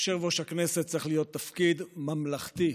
יושב-ראש הכנסת צריך להיות תפקיד ממלכתי.